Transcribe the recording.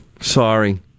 Sorry